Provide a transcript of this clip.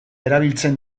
erabiltzen